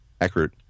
accurate